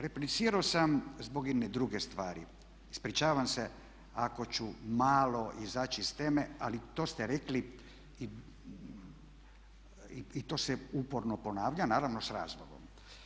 Replicirao sam zbog jedne druge stvari, ispričavam se ako ću malo izaći iz teme, ali to ste rekli i to se uporno ponavlja naravno s razlogom.